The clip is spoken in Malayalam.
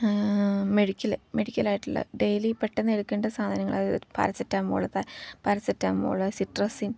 മെഡിക്കല് മെഡിക്കലായിയിട്ടുള്ള ഡെയിലി പെട്ടെന്ന് എടുക്കേണ്ട സാധനങ്ങൾ അതായത് പാരസെറ്റാമോള് പാരസെറ്റാമോള് സിട്രസിൻ